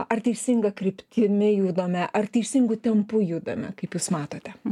ar teisinga kryptimi judame ar teisingu tempu judame kaip jūs matote